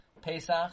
Pesach